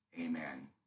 Amen